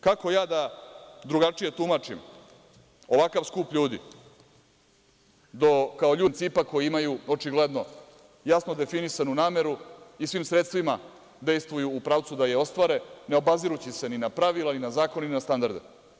Kako ja da drugačije tumačim ovakav skup ljudi, do kao ljude bez principa koji imaju očigledno jasnu definisanu nameru i svim sredstvima dejstvuju u pravcu da je ostvare, ne obazirući se ni na pravila, ni na zakone, standarde.